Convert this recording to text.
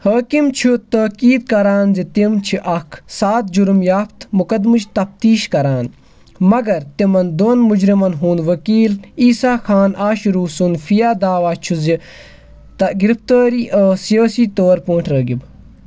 حٲکِم چھُ تٲقیٖد کَران زِ تِم چھِ اَکھ سادٕ جُرم یافتہٕ مُقدمٕچ تفتیٖش کَران مگر تِمَن دۄن مُجرِمَن ہُنٛد ؤکیٖل عیساخان آشرو سُنٛد فیا دعوا چھُ زِ تہٕ گِرِفتٲری ٲسۍ سِیٲسی طور پٲٹھۍ رٲغِب